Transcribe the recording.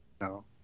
No